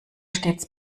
stets